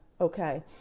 Okay